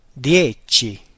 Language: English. dieci